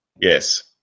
Yes